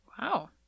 Wow